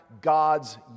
God's